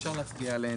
אפשר להצביע עליהן,